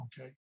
okay